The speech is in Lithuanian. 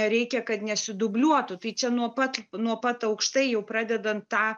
reikia kad nesidubliuotų tai čia nuo pat nuo pat aukštai jau pradedant tą